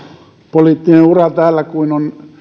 poliittinen ura täällä kuin on